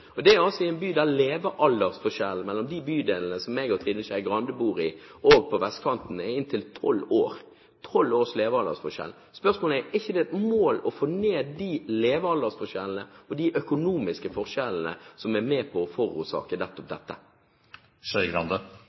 Oslo. Det er altså i en by der levealdersforskjellene mellom de bydelene som jeg og Trine Skei Grande bor i, og vestkanten er inntil tolv år – tolv års levealdersforskjell! Spørsmålet er: Er det ikke et mål å få ned de levealdersforskjellene og de økonomiske forskjellene som er med på å forårsake nettopp